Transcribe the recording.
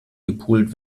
gepult